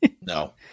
No